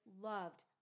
loved